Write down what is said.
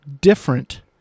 different